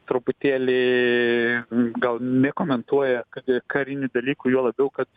truputėlį gal nekomentuoja kad karinių dalykų juo labiau kad